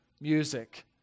music